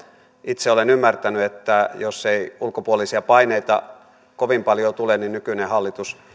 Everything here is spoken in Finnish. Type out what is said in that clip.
itse olen ymmärtänyt että jos ei ulkopuolisia paineita kovin paljon tule niin nykyinen hallitus